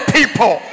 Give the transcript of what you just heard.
people